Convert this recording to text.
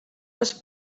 les